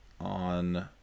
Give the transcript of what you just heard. on